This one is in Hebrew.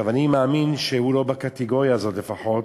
אני מאמין שהוא לא בקטגוריה הזאת לפחות,